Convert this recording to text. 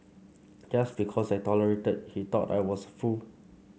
just because I tolerated he thought I was fool